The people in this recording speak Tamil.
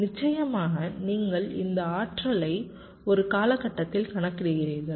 நிச்சயமாக நீங்கள் இந்த ஆற்றலை ஒரு காலகட்டத்தில் கணக்கிடுகிறீர்கள்